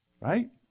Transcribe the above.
right